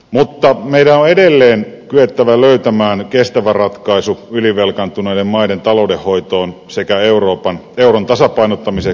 mutta meidän on edelleen kyettävä löytämään kestävä ratkaisu ylivelkaantuneiden maiden taloudenhoitoon sekä euron tasapainottamiseksi